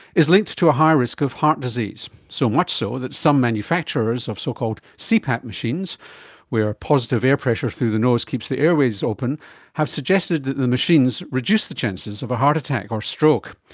is linked to a higher risk of heart disease, so much so that some manufacturers of so-called cpap machines where positive air pressure through the nose keeps the airways open have suggested that the machines reduced the chances of a heart attack or stroke.